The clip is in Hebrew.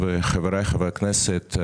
וחבריי חברי הכנסת,